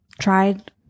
tried